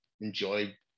enjoy